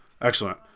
Excellent